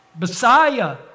Messiah